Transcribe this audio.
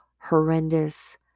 horrendous